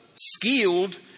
skilled